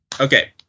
Okay